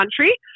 country